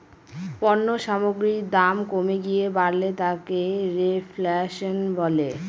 পণ্য সামগ্রীর দাম কমে গিয়ে বাড়লে তাকে রেফ্ল্যাশন বলে